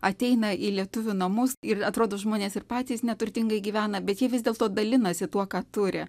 ateina į lietuvių namus ir atrodo žmonės ir patys neturtingai gyvena bet jie vis dėlto dalinasi tuo ką turi